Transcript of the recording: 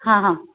હા હા